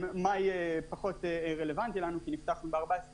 מאי פחות רלוונטי לנו, כי נפתחנו ב-14 ביוני.